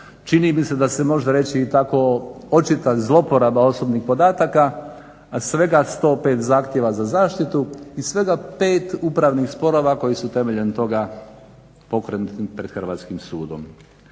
Čini mi se da se da se može reći i tako očita zlouporaba osobnih podataka, a svega 105 zahtjeva za zaštitu i svega 5 upravnih sporova koji su temeljem toga pokrenuti pred Hrvatskim sudom.